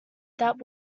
that